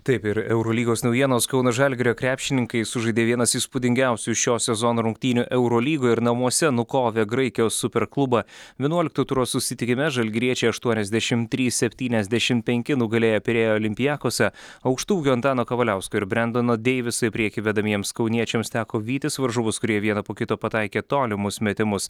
taip ir eurolygos naujienos kauno žalgirio krepšininkai sužaidė vienas įspūdingiausių šio sezono rungtynių eurolygoje ir namuose nukovė graikijos superklubą vienuolikto turo susitikime žalgiriečiai aštuoniasdešimt trys septyniasdešimt penki nugalėjo pirėjo olympiakosą aukštaūgio antano kavaliausko ir brendono deiviso į priekį vedamiems kauniečiams teko vytis varžovus kurie vieną po kito pataikė tolimus metimus